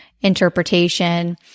interpretation